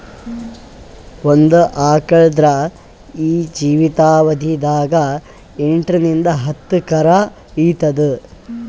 ಒಂದ್ ಆಕಳ್ ಆದ್ರ ಜೀವಿತಾವಧಿ ದಾಗ್ ಎಂಟರಿಂದ್ ಹತ್ತ್ ಕರಾ ಈತದ್